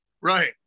right